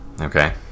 Okay